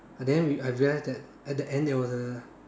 but then we I realize that at the end there was a